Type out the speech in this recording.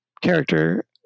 character